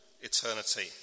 eternity